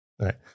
Right